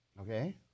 Okay